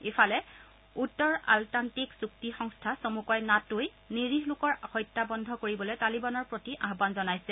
ইফালে উত্তৰ আলটান্তিক চুক্তি সংস্থা চমুকৈ নাটোই নিৰীহ লোকৰ হত্যা বন্ধ কৰিবলৈ তালিবানৰ প্ৰতি আহান জনাইছে